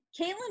Caitlin